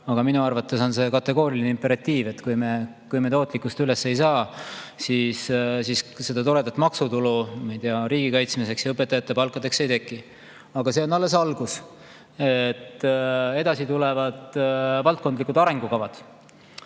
aga minu arvates on see kategooriline imperatiiv. Kui me tootlikkust üles ei saa, siis seda toredat maksutulu, ma ei tea, riigi kaitsmiseks ja õpetajate palkadeks ei teki. Aga see on alles algus. Edasi tulevad valdkondlikud arengukavad.